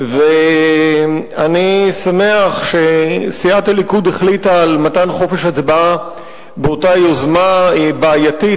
ואני שמח שסיעת הליכוד החליטה על מתן חופש הצבעה באותה יוזמה בעייתית,